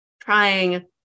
trying